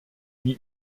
wie